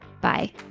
Bye